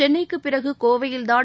சென்னைக்கு பிறகு கோவையில் தான்